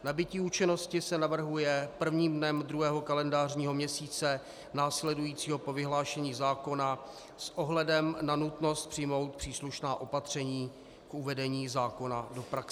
Nabytí účinnosti se navrhuje prvním dnem druhého kalendářního měsíce následujícího po vyhlášení zákona s ohledem na nutnost přijmout příslušná opatření k uvedení zákona do praxe.